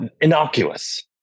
Innocuous